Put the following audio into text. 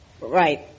Right